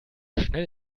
schnell